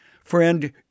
Friend